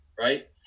right